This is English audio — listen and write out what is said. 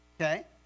Okay